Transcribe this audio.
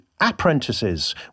apprentices